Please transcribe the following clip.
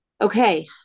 Okay